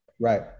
Right